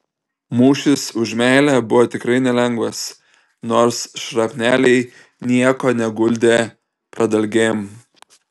mūšis už meilę buvo tikrai nelengvas nors šrapneliai nieko neguldė pradalgėm